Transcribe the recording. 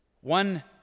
One